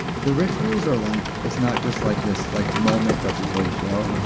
the rituals are like. it's not just like this like moment right before the show,